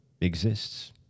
exists